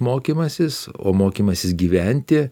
mokymasis o mokymasis gyventi